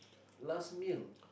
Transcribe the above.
last meal